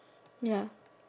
ya